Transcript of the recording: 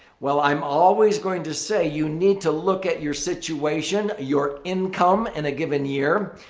well, i'm always going to say you need to look at your situation, your income in a given year.